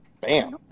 Bam